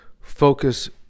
focus